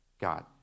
God